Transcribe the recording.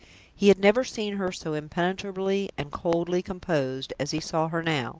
he had never seen her so impenetrably and coldly composed as he saw her now.